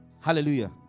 Hallelujah